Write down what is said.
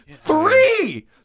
Three